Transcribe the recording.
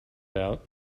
out